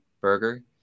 burger